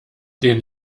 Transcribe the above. den